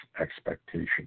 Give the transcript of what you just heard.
expectation